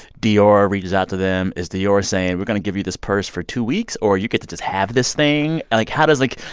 dior reaches out to them. is dior saying, we're going to give you this purse for two weeks? or, you get to just have this thing? like, how does like,